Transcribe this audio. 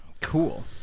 Cool